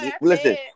Listen